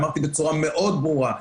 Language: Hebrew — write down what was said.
אמרתי בצורה מאוד ברורה.